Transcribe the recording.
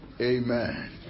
Amen